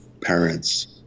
parents